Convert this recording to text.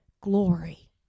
Glory